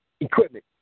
equipment